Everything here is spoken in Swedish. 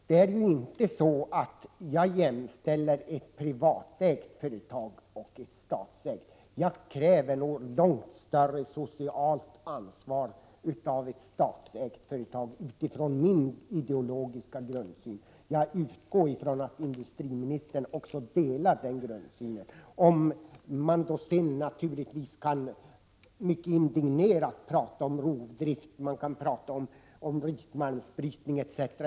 Det är inte så att jag jämställer ett privat ägt företag och ett statligt företag. Utifrån min ideologiska grundsyn kräver jag långt större socialt ansvar av ett statligt företag. Jag utgår ifrån att industriministern delar den grundsynen. Sedan kan man mycket indignerat prata om rovdrift, om rikmalmsbrytning etc.